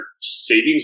savings